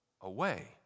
away